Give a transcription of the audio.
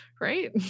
right